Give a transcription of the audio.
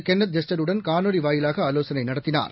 Kenneth ஜெஸ்டருடன் காணொலி வாயிலாக ஆலோசனை நடத்தினார்